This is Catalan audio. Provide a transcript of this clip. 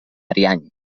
ariany